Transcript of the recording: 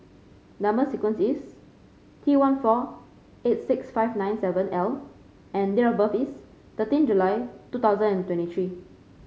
number sequence is T one four eight six five nine seven L and date of birth is thirteen July two thousand and twenty three